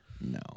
No